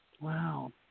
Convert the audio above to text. Wow